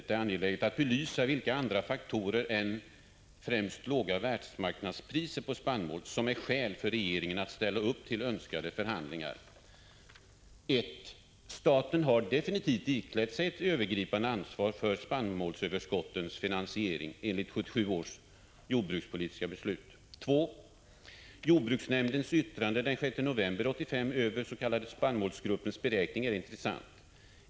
Det är angeläget att belysa vilka andra faktorer än ”främst låga världsmarknadspriser på spannmål” som utgör skäl för regeringen att ställa upp i önskade förhandlingar. 1. Staten har enligt 1977 års jordbrukspolitiska beslut definitivt iklätt sig ett övergripande ansvar för spannmålsöverskottens finansiering. 2. Jordbruksnämndens yttrande den 6 november 1985 över den s.k. spannmålsgruppens beräkningar är intressant.